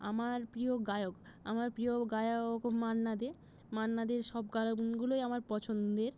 আমার প্রিয় গায়ক আমার প্রিয় গায়ক মান্না দে মান্না দের সব গানগুলোই আমার পছন্দের